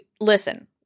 listen